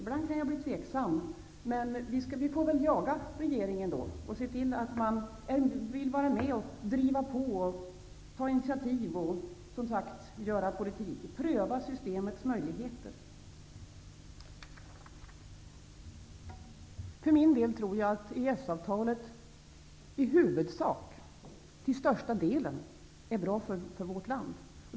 Ibland blir jag osäker, men vi får väl jaga regeringen och se till att den är med och driver på och tar initiativ, som sagt, att göra politik, att pröva systemets möjligheter. Jag tror för min del att EES-avtalet till största delen är bra för vårt land.